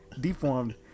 Deformed